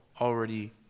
already